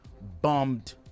bombed